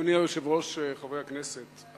אדוני היושב-ראש, חברי הכנסת,